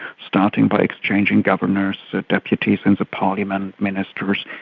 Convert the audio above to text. starting by exchanging governors, the deputies and the parliament ministers.